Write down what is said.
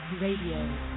Radio